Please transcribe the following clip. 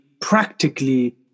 practically